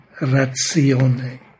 ratione